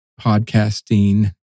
podcasting